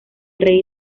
rey